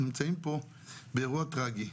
אנחנו נמצאים פה באירוע טרגי.